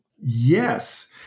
Yes